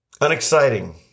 unexciting